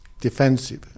defensive